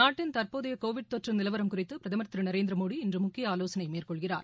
நாட்டின் தற்போதைய கோவிட் தொற்று நிலவரம் குறித்து பிரதமர் திரு நரேந்திர மோடி இன்று முக்கிய ஆலோசனை மேற்கொள்கிறார்